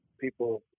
people